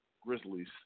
Grizzlies